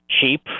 cheap